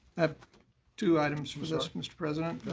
have two items for this, mr. president.